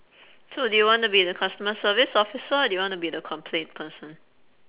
so do you wanna be the customer service officer or do you wanna be the complaint person